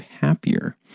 happier